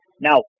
Now